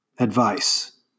advice